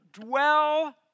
dwell